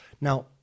Now